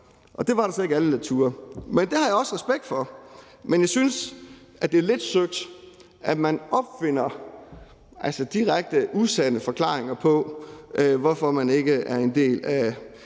Det var så ikke alle, der turde det. Men det har jeg også respekt for. Men jeg synes, det er lidt søgt, at man opfinder direkte usande forklaringer på, hvorfor man ikke er en del af